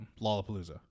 Lollapalooza